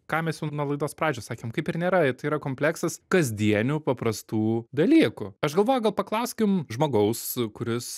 ką mes jum nuo laidos pradžios sakėm kaip ir nėra tai yra kompleksas kasdienių paprastų dalykų aš galvoju gal paklauskim žmogaus kuris